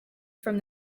from